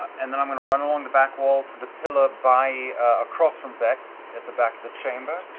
and then i'm going to run along the back wall to the pillar by across from vex, at the back of the chamber.